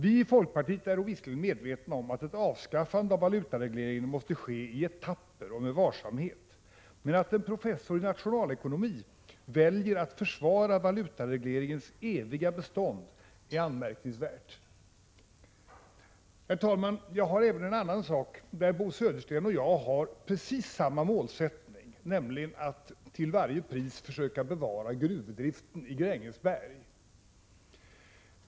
Vi i folkpartiet är visserligen medvetna om att ett avskaffande av valutaregleringen måste ske i etapper och med varsamhet, men att en professor i nationalekonomi väljer att försvara valutaregleringens eviga bestånd är anmärkningsvärt. Herr talman! Det finns även en annan fråga, där Bo Södersten och jag har precis samma målsättning. Vi vill nämligen till varje pris försöka bevara gruvdriften i Grängesberg.